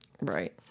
Right